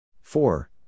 Four